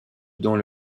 dans